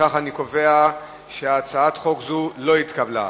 לפיכך אני קובע שהצעת חוק זו לא התקבלה.